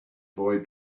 boy